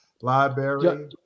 library